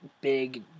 big